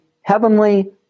heavenly